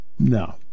No